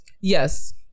Yes